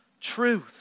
truth